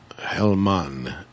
Helman